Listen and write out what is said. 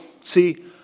see